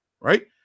right